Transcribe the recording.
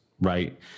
right